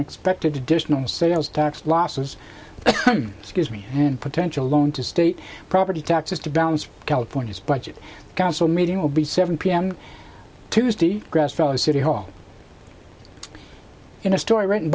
expected to dish no sales tax losses scuse me and potential loan to state property taxes to balance california's budget council meeting will be seven p m tuesday grass valley city hall in a story written